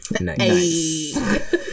Nice